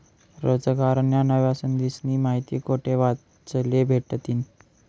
रोजगारन्या नव्या संधीस्नी माहिती कोठे वाचले भेटतीन?